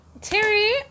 Terry